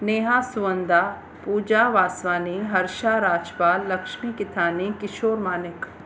Neha Suhanda Pooja Vaswani Harsha Rajpal Lakshmi Kithani Kishore Manik